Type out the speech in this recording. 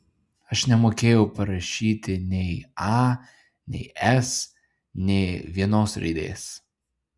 aš nemokėjau parašyti nei a nei s nė vienos raidės